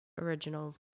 original